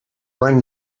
bring